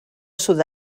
sud